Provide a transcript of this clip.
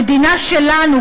המדינה שלנו,